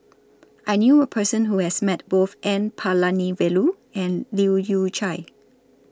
I knew A Person Who has Met Both N Palanivelu and Leu Yew Chye